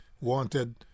wanted